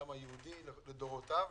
לעם היהודי לדורותיו,